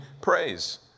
praise